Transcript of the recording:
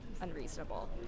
unreasonable